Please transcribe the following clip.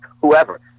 whoever